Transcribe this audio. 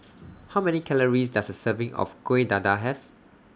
How Many Calories Does A Serving of Kueh Dadar Have